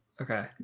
Okay